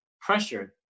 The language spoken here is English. pressured